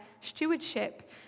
stewardship